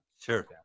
Sure